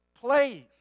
place